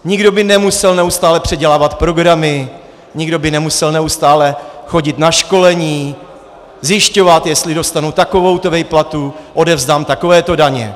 Nikdo by nemusel neustále předělávat programy, nikdo by nemusel neustále chodit na školení, zjišťovat, jestli dostanu takovouto výplatu, odevzdám takovéto daně.